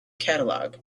catalogue